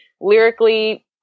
lyrically